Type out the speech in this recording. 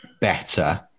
better